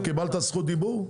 קיבלת זכות דיבור?